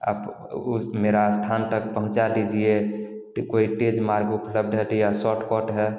आप उस मेरा स्थान तक पहुँचा दीजिए तो कोई तेज मार्ग उपलब्ध है तो या सॉट कट है